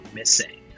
missing